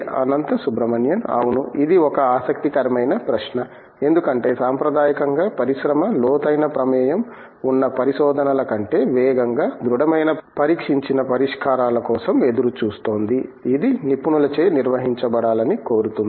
అనంత సుబ్రమణియన్ అవును ఇది ఒక ఆసక్తికరమైన ప్రశ్న ఎందుకంటే సాంప్రదాయకంగా పరిశ్రమ లోతైన ప్రమేయం ఉన్న పరిశోధనల కంటే వేగంగా దృడమైన పరీక్షించిన పరిష్కారాల కోసం ఎదురుచూస్తోంది ఇది నిపుణులచే నిర్వహించబడాలని కోరుతుంది